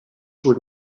were